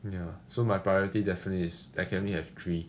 ya so my priority definitely is I can only have three